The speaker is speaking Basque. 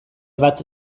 bat